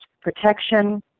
protection